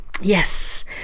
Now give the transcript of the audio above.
Yes